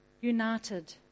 united